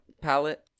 palette